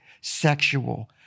sexual